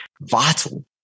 vital